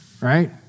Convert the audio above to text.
right